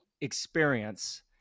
experience